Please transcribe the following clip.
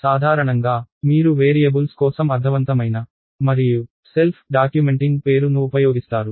సాధారణంగా మీరు వేరియబుల్స్ కోసం అర్ధవంతమైన మరియు సెల్ఫ్ డాక్యుమెంటింగ్ పేరు ను ఉపయోగిస్తారు